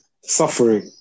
suffering